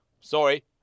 Sorry